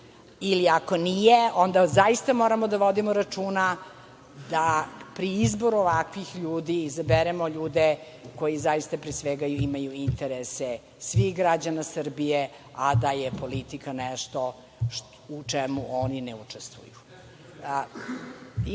ili, ako nije, onda zaista moramo da vodimo računa da pri izboru ovakvih ljudi izaberemo ljude koji zaista pre svega imaju interese svih građana Srbije, a da je politika nešto u čemu oni ne učestvuju.(Poslanik